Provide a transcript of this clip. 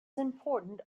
important